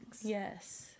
Yes